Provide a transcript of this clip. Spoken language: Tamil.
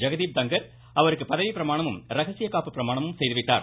ஜெகதீப் தங்கர் அவருக்கு பதவி பிரமாணமும் ரகசிய காப்பு பிரமாணமும் செய்து வைத்தார்